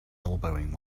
elbowing